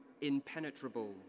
impenetrable